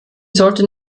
sollte